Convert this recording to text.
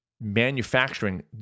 manufacturing